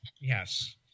Yes